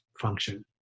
function